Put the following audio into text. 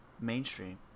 mainstream